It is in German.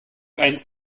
eins